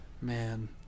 man